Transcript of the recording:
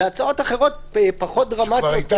והצעות אחרות רק בעקוב.